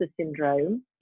syndrome